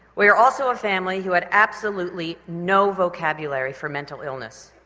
we are also a family who had absolutely no vocabulary for mental illness.